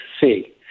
see